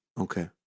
Okay